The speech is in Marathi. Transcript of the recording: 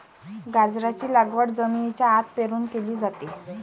गाजराची लागवड जमिनीच्या आत पेरून केली जाते